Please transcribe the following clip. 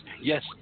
Yes